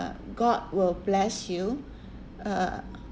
god will bless you uh